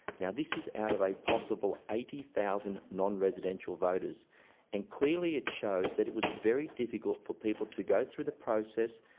now, this is out of a possible eighty thousand non-residential voters and clearly it shows that it was very difficult for people to go through the process,